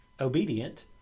obedient